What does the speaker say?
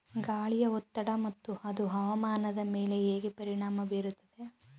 ಗಾಳಿಯ ಒತ್ತಡ ಮತ್ತು ಅದು ಹವಾಮಾನದ ಮೇಲೆ ಹೇಗೆ ಪರಿಣಾಮ ಬೀರುತ್ತದೆ?